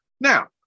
Now